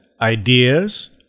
ideas